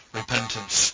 repentance